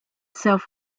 self